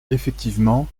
effectivement